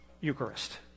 Eucharist